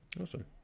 Awesome